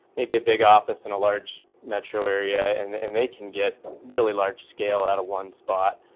maybe a big office in a large metro area and, and they can get really large scale out of one spot.